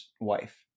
wife